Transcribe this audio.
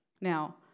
Now